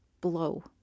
blow